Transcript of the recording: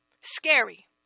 scary